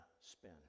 spin